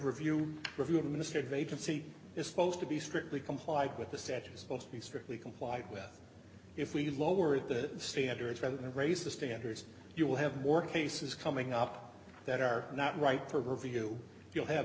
review review of a minister of agency is supposed to be strictly complied with the statutes supposed to be strictly complied with if we lower the standards rather than raise the standards you will have more cases coming up that are not right for review you'll have